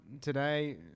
today